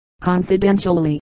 confidentially